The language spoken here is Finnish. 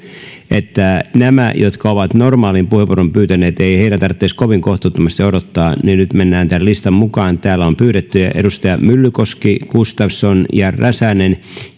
niin näiden jotka ovat normaalin puheenvuoron pyytäneet ei ei tarvitsisi kovin kohtuuttomasti odottaa jolloin nyt mennään tämän listan mukaan täällä on pyydetty puheenvuoro edustajilla myllykoski gustafsson ja räsänen